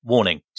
Warning